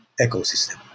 ecosystem